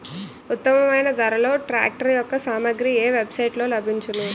ఉత్తమమైన ధరలో ట్రాక్టర్ యెక్క సామాగ్రి ఏ వెబ్ సైట్ లో లభించును?